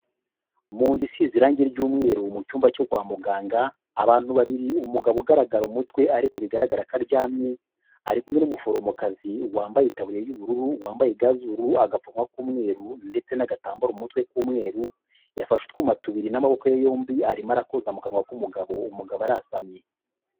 Mu nzu size irangi ry'umweru mu cyumba cyo kwa muganga abantu babiri umugabo ugaragara umutwe ariko bigaragara ko aryamye ari kumwe n'umuforomokazi wambaye itaburiya y'ubururu, wambaye ga z'ubururu, agapfungwa k'umweru ndetse n'agatambaro mu mutwe k'umweru, yafashe utwuma tubiri n'amaboko ye yombi arimo arakoza mu kanwa k'umugabo, umugabo arasamye.